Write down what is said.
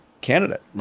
candidate